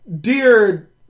dear